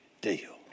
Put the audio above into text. deal